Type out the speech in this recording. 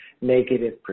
negative